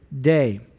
day